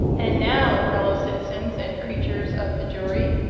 and now, fellow citizens and creatures of the jury,